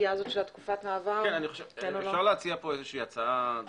אני מציע הצעת